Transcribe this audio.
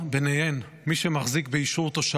ביניהן מי שמחזיק באישור תושב